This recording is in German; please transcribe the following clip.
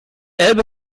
elbe